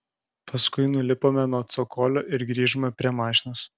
paskui nulipome nuo cokolio ir grįžome prie mašinos